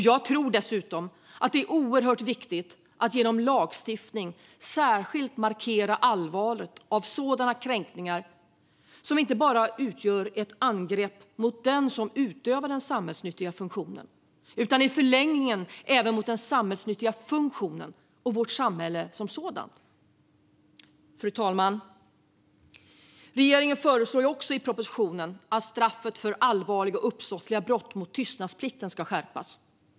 Jag tror dessutom att det är oerhört viktigt att genom lagstiftning särskilt markera allvaret i sådana kränkningar som utgör ett angrepp inte bara mot den som utöver den samhällsnyttiga funktionen utan i förlängningen även mot själva den samhällsnyttiga funktionen och vårt samhälle som sådant. Fru talman! I propositionen föreslår regeringen också att straffet för allvarliga och uppsåtliga brott mot tystnadsplikten ska skärpas.